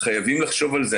חייבים לחשוב על זה.